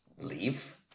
leave